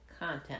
content